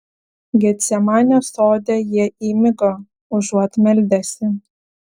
getsemanės sode jie įmigo užuot meldęsi